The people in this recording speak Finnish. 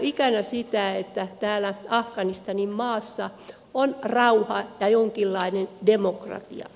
nähdäänkö ikänä sitä että täällä afganistaninmaassa on rauha ja jonkinlainen demokratia